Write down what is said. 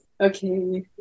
okay